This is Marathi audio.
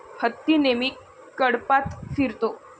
हत्ती नेहमी कळपात फिरतो